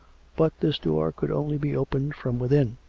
but this door could only be opened from within.